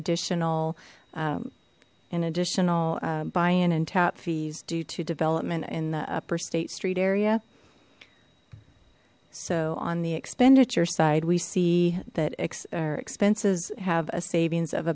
additional an additional buy in and tap fees due to development in the upper state street area so on the expenditure side we see that expenses have a savings of